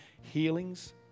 healings